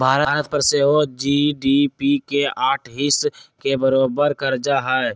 भारत पर सेहो जी.डी.पी के साठ हिस् के बरोबर कर्जा हइ